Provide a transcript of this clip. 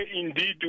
indeed